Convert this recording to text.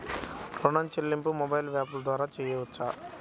ఋణం చెల్లింపు మొబైల్ యాప్ల ద్వార చేయవచ్చా?